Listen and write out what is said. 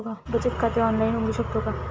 बचत खाते ऑनलाइन उघडू शकतो का?